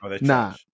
nah